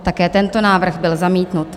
Také tento návrh byl zamítnut.